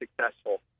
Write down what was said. successful